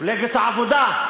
מפלגת העבודה,